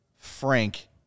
frank